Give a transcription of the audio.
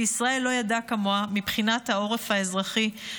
שישראל לא ידעה כמוה מבחינת העורף האזרחי,